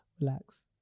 relax